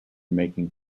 making